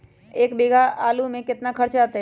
एक बीघा आलू में केतना खर्चा अतै?